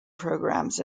programs